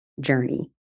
journey